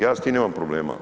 Ja s tim nemam problema.